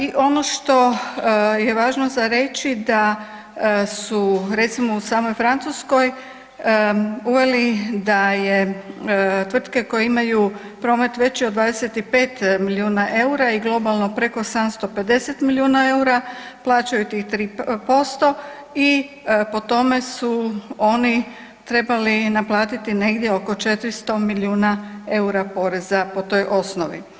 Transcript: I ono što je važno za reći, da su recimo u samoj Francuskoj uveli da je tvrtke koje imaju promet veći od 25 milijuna eura i globalno preko 750 milijuna eura, plaćaju tih 3% i po tome su oni trebali naplatiti negdje oko 400 milijuna eura poreza po toj osnovi.